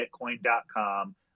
Bitcoin.com